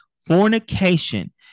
fornication